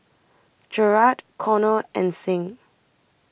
Jerrad Conner and Signe